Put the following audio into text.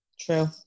True